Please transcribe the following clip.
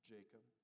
Jacob